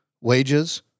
wages